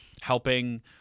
helping